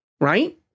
right